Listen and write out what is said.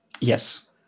Yes